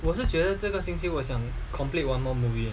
我是觉得这个星期我想 complete one more movie